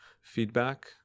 feedback